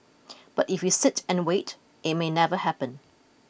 but if you sit and wait it may never happen